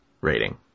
rating